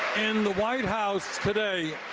and the white house today,